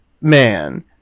man